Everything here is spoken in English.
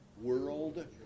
world